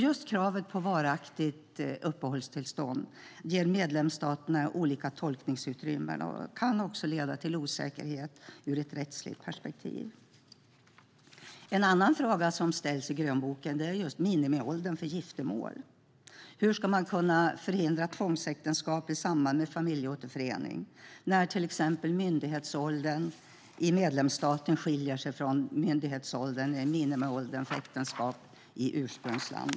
Just kravet på varaktigt uppehållstillstånd ger medlemsstaterna olika tolkningsutrymme och kan leda till osäkerhet ur ett rättsligt perspektiv. En annan fråga som ställs i grönboken gäller minimiåldern för giftermål och hur man ska kunna förhindra tvångsäktenskap i samband med familjeåterförening, till exempel när myndighetsåldern i medlemsstaten skiljer sig från minimiåldern för äktenskap i ursprungslandet.